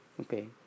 Okay